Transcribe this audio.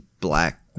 black